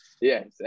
Yes